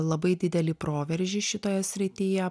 labai didelį proveržį šitoje srityje